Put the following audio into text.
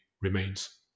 remains